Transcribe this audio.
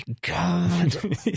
god